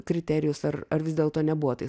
kriterijus ar ar vis dėlto nebuvo tai